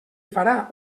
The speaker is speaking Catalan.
farà